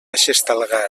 xestalgar